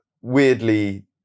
weirdly